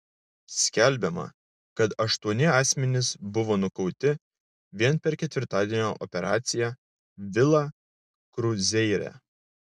skelbiama kad aštuoni asmenys buvo nukauti vien per ketvirtadienio operaciją vila kruzeire